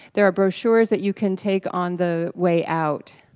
there are brochures that you can take on the way out.